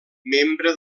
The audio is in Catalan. membre